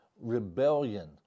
rebellion